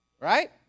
right